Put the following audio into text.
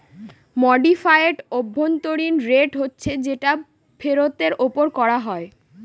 modified অভ্যন্তরীন rate হচ্ছে যেটা ফেরতের ওপর করা হয়